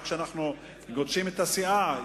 רק כשאנחנו מגדישים את הסאה,